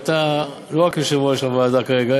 כי אתה לא רק יושב-ראש הוועדה כרגע,